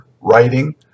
writing